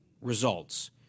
results